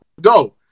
Go